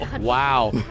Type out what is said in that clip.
Wow